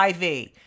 IV